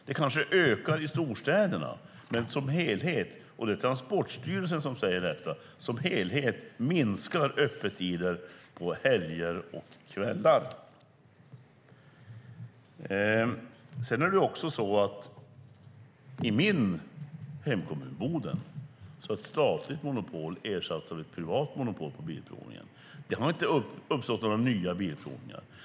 Den kanske ökar i storstäderna, men som helhet försämras öppettiderna på helger och kvällar, och det är Transportstyrelsen som säger detta. I min hemkommun, Boden, har ett statligt monopol inom bilprovningen ersatts av ett privat monopol.